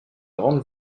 grande